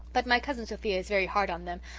but my cousin sophia is very hard on them,